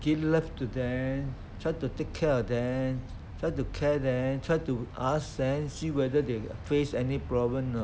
give love to them try to take care of them try to care them try to ask and then see whether they face any problem or not